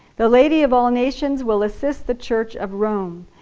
the lady of all nations will assist the church of rome.